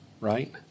right